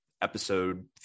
episode